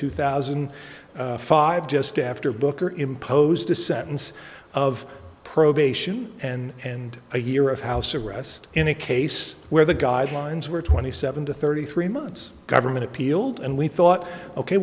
two thousand and five just after booker imposed a sentence of probation and a year of house arrest in a case where the guidelines were twenty seven to thirty three months government appealed and we thought ok